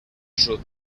sud